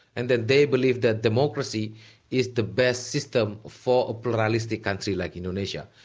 and then they believed that democracy is the best system for a pluralistic country like indonesia,